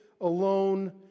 alone